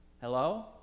Hello